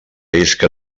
isca